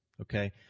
Okay